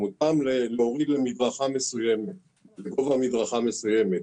מותאם להוריד לגובה מדרכה מסוים,